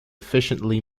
efficiently